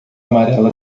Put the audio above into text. amarela